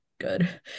good